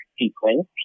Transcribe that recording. sequence